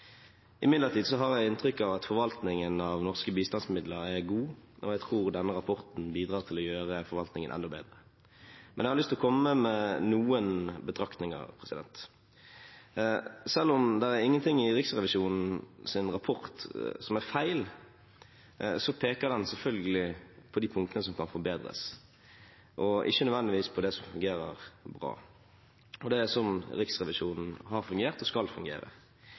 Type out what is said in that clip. Imidlertid har jeg inntrykk av at forvaltningen av norske bistandsmidler er god. Jeg tror denne rapporten bidrar til å gjøre forvaltningen enda bedre, men jeg har lyst til å komme med noen betraktninger. Selv om ingenting i Riksrevisjonens rapport er feil, peker den selvfølgelig på de punktene som kan forbedres, og ikke nødvendigvis på det som fungerer bra. Det er slik Riksrevisjonen har fungert – og skal fungere.